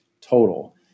total